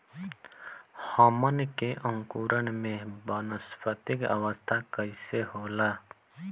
हमन के अंकुरण में वानस्पतिक अवस्था कइसे होला?